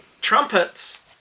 trumpets